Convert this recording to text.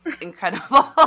incredible